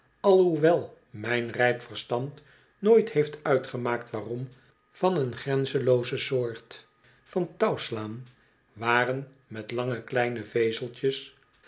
alhoewel mijn rijp verstand nooit heeft uitgemaakt waarom van een grenzenlooze soort van touwslaan waren met lange kleine vezeltjes